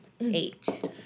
Eight